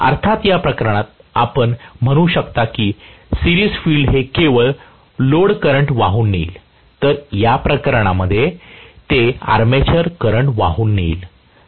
अर्थात या प्रकरणात आपण म्हणू शकता की सिरिज फील्ड हे केवळ लोड करंट वाहून नेईल तर या प्रकरणात ते आर्मेचर करंट वाहून नेईल